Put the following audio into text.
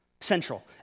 Central